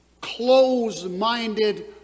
close-minded